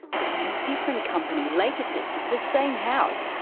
but when a different company later tested the same house,